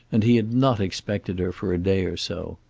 and he had not expected her for a day or so.